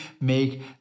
make